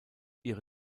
ihre